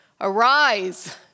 Arise